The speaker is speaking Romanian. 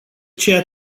ceea